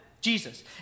Jesus